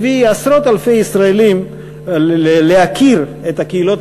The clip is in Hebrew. הביא עשרות אלפי ישראלים להכיר את הקהילות